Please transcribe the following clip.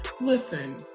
Listen